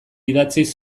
idatziz